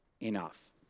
enough